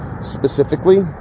specifically